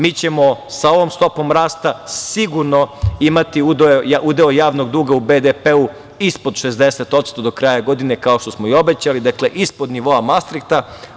Mi ćemo sa ovom stopom rasta sigurno imati udeo javnog duga u BDP-u ispod 60% do kraja godine, kao što smo i obećali, dakle ispod nivoa Mastrihta.